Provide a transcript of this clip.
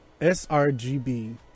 srgb